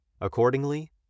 Accordingly